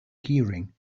keyring